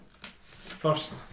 first